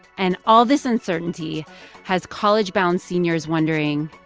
and all this uncertainty has college-bound seniors wondering,